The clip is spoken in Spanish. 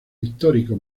histórico